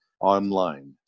online